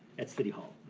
at city hall